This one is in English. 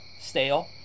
stale